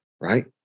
right